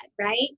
right